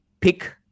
pick